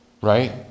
right